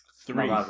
Three